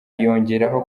yongeraho